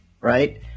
right